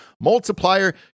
multiplier